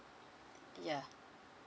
ya